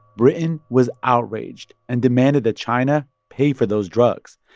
britain was outraged and demanded that china pay for those drugs.